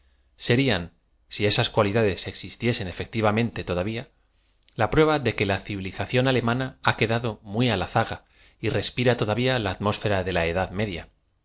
serian si esas cualidades existiesen efec tivam ente todavia la prueba de que la civilización alemana ha quedado muy á la za ga y respira todavía la atm ósfera de la edad